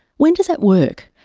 when does that work?